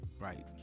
Right